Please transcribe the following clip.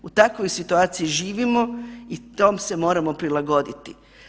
U takvoj situaciji živimo i tome se moramo prilagoditi.